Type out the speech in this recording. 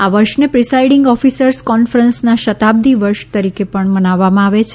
આ વર્ષને presiding officers કોન્ફરન્સના શતાબ્દી વર્ષ તરીકે પણ મનાવાવમાં આવે છે